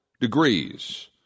degrees